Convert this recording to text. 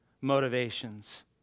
motivations